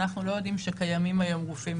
אנחנו לא יודעים שקיימים היום גופים